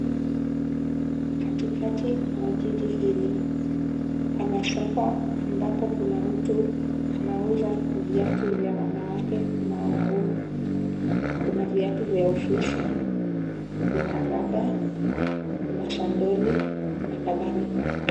Katikati mwa jiji hili, pana soko ambapo kuna mtu anauza viatu vya wanawake na wanaume. Kuna viatu vya ofisi, kuna raba, kuna sandoli, na kadhalika.